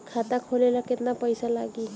खाता खोले ला केतना पइसा लागी?